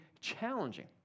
challenging